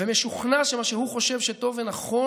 ומשוכנע שמה שהוא חושב שטוב ונכון?